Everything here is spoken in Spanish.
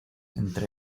entre